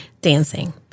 dancing